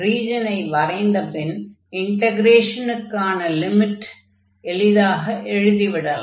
ரீஜனை வரைந்த பின் இன்டக்ரேஷனுக்கான லிமிட்டை எளிதாக எழுதி விடலாம்